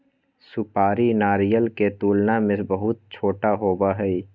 सुपारी नारियल के तुलना में बहुत छोटा होबा हई